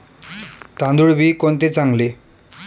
तांदूळ बी कोणते चांगले?